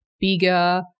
bigger